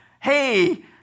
hey